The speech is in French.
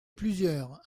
plusieurs